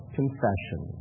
confession